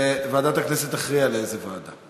וועדת הכנסת תכריע לאיזו ועדה.